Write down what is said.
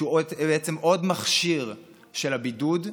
שהוא בעצם עוד מכשיר של הבידוד,